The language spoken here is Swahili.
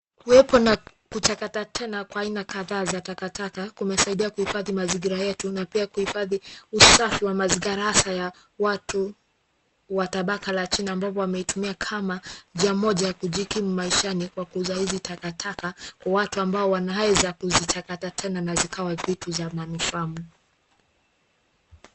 Kuwepo kwa kuchakata tena kwa aina kadhaa za takataka kumesaidia kuhifadhi mazingira yetu na pia, kuhifadhi usafi wa mazingara hasa ya watu wa tabaka la chini ambapo wameitumia kama njia moja ya kujikimu maishani Kwa kuuza hizi takataka Kwa watu ambao wanaweza kuzichakata tena na zikawa vitu za manufaa.